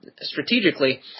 strategically